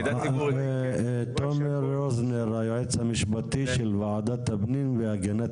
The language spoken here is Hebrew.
תומר רוזנר היועץ המשפטי של ועדת הפנים והגנת